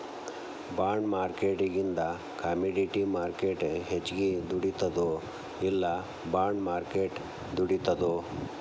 ಬಾಂಡ್ಮಾರ್ಕೆಟಿಂಗಿಂದಾ commodity market ಹೆಚ್ಗಿ ದುಡಿತದೊ ಇಲ್ಲಾ ಬಾಂಡ್ ಮಾರ್ಕೆಟ್ ದುಡಿತದೊ?